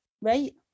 right